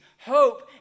hope